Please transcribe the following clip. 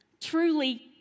Truly